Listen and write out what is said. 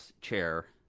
chair